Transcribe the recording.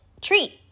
treat